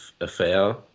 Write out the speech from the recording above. affair